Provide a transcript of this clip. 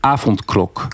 Avondklok